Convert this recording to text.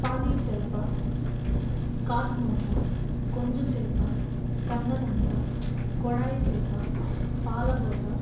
పాలీచేప కాట్మోటా కొంజు చేప కన్నదంత కొడాయి చేప పాలబోద